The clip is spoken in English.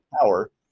power